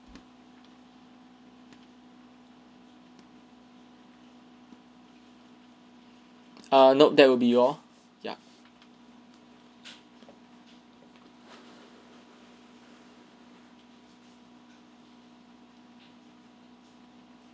err nope that will be all ya